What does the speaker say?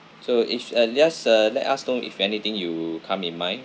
so if uh let's uh let us know if anything you come in mind